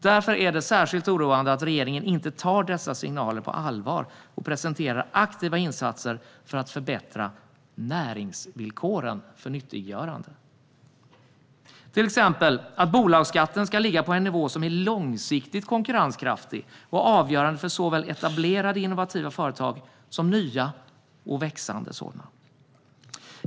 Därför är det särskilt oroande att regeringen inte tar dessa signaler på allvar och presenterar aktiva insatser för att förbättra näringsvillkoren för nyttiggörande, till exempel att bolagsskatten ska ligga på en nivå som är långsiktigt konkurrenskraftig och avgörande för såväl etablerade innovativa företag som nya och växande sådana.